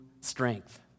strength